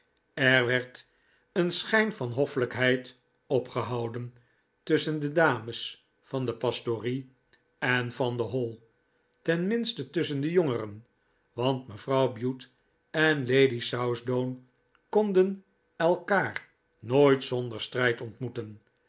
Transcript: er werd een schijn van hoffelijkheid opgehouden tusschen de dames van de pastorie en van de hall ten minste tusschen de jongeren want mevrouw bute en lady southdown konden elkaar nooit zonder strijd ontmoeten